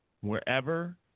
wherever